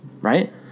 right